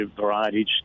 varieties